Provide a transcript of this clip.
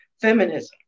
feminism